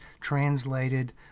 translated